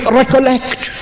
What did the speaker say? recollect